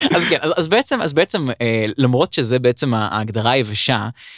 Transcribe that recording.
אז בעצם אז בעצם למרות שזה בעצם ההגדרה היבשה.